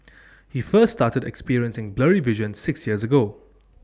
he first started experiencing blurry vision six years ago